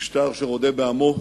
משטר שרודה בעמו,